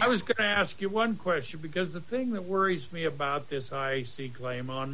i was going to ask you one question because the thing that worries me about this i see graham on